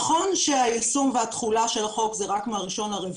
נכון שהיישום והתחולה של החוק זה רק מה-1.4,